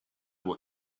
what